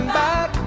back